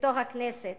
בתוך הכנסת.